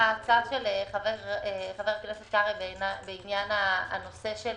ההצעה של חבר הכנסת קרעי בעניין הנושא של